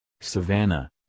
Savannah